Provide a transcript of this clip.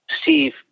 Steve